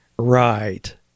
right